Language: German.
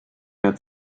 mehr